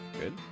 Good